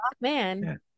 man